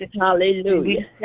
Hallelujah